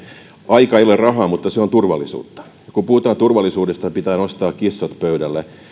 aika ei ole rahaa mutta se on turvallisuutta kun puhutaan turvallisuudesta pitää nostaa kissat pöydälle